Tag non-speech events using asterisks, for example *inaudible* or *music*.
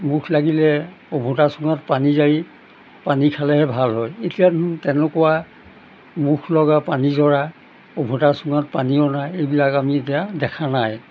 মুখ লাগিলে *unintelligible* পানী জাৰি পানী খালেহে ভাল হয় এতিয়া তেনেকুৱা মুখ লগা পানী জৰা *unintelligible* পানী অনা এইবিলাক আমি এতিয়া দেখা নাই